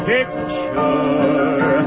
Picture